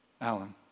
Alan